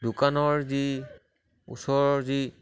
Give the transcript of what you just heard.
দোকানৰ যি ওচৰৰ যি